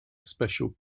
special